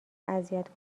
اذیت